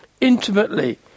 intimately